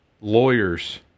lawyers